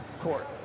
court